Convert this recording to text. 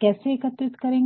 कैसे एकत्रित करेंगे